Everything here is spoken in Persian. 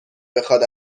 بخواد